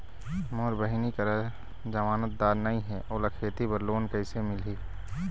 मोर बहिनी करा जमानतदार नई हे, ओला खेती बर लोन कइसे मिलही?